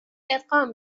ادغام